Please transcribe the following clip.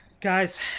Guys